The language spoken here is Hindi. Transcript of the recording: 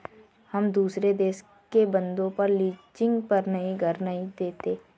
हम दुसरे देश के बन्दों को लीजिंग पर घर नहीं देते